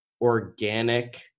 organic